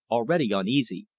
already uneasy,